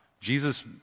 Jesus